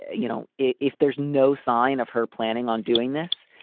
you know, if there's no sign of her planning on doing this.